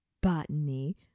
botany